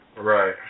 right